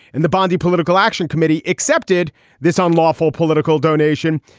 and the bondi political action committee accepted this unlawful political donation,